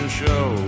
show